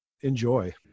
enjoy